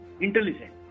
intelligent